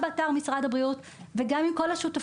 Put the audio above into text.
ואני עושה רק סבב בין ההורים מה אתם יודעים על כל הנושא הזה.